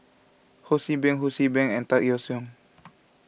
Ho See Beng Ho See Beng and Tan Yeok Seong